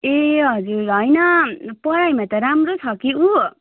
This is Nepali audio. ए हजुर होइन पढाइमा त राम्रो छ कि उ